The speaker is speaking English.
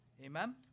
Amen